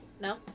No